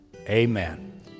amen